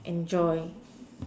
enjoy